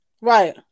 right